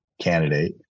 candidate